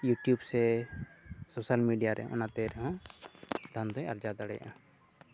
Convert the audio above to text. YouTube ᱥᱮ social media ᱨᱮ ᱚᱱᱟᱛᱮ ᱨᱮᱦᱚᱸ ᱫᱷᱚᱱ ᱫᱚᱭ ᱟᱨᱡᱟᱣ ᱫᱟᱲᱮᱭᱟᱜᱼᱟ